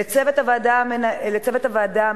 לצוות הוועדה,